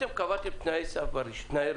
אתם קבעם תנאי רישיון